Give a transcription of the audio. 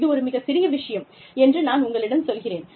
இது ஒரு மிகச் சிறிய விஷயம் என்று நான் உங்களிடம் சொல்கிறேன்